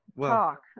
talk